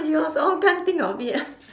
you also can't think of it